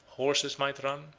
horses might run,